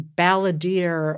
balladeer